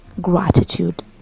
gratitude